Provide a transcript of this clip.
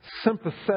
sympathetic